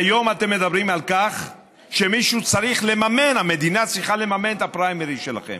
היום אתם מדברים על כך שהמדינה צריכה לממן את הפריימריז שלכם.